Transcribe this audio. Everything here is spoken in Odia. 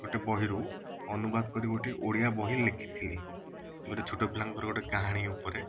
ଗୋଟେ ବହି ରୁ ଅନୁବାଦ କରି ଗୋଟେ ଓଡ଼ିଆ ବହି ଲେଖିଥିଲି ଗୋଟେ ଛୋଟ ପିଲାଙ୍କର ଗୋଟେ କାହାଣୀ ଉପରେ